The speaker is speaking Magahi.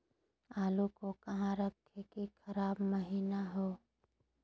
आलू को कहां रखे की खराब महिना हो?